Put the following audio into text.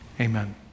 Amen